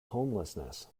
homelessness